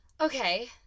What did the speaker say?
Okay